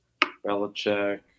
Belichick